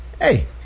Hey